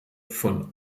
von